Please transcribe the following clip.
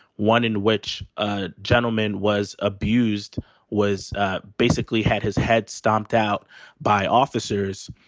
one in which ah gentleman was abused was ah basically had his head stomped out by officers.